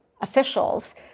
officials